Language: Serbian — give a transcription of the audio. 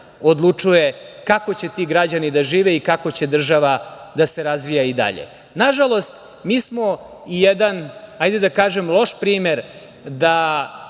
odlučuje kako će ti građani da žive i kako će država da se razvija i dalje. Nažalost, mi smo i jedan, hajde da kažem, loš primer da